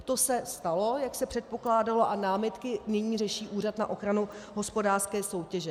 To se stalo, jak se předpokládalo, a námitky nyní řeší Úřad na ochranu hospodářské soutěže.